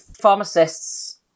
pharmacists